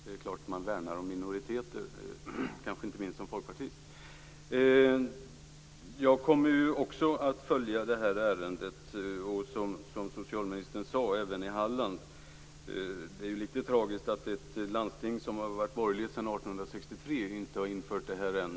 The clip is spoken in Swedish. Det är klart att man värnar om minoriteter, inte minst som folkpartist. Jag kommer också att följa det här ärendet, som socialministern sade, även i Halland. Det är ju lite tragiskt att ett landsting som har varit borgerligt sedan 1863 inte har infört detta än.